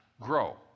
grow